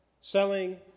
selling